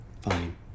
Fine